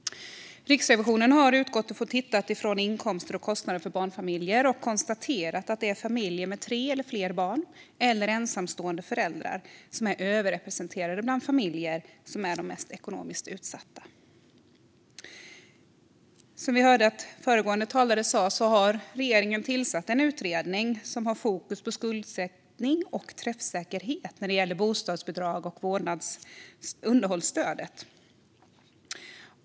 Riksrevisionen har tittat på inkomster och kostnader för barnfamiljer och konstaterat att familjer med tre eller fler barn samt ensamstående föräldrar är överrepresenterade bland de familjer som är mest ekonomiskt utsatta. Som vi hörde föregående talare säga har regeringen tillsatt en utredning som har fokus på skuldsättning och träffsäkerhet när det gäller bostadsbidraget och underhållsstödet.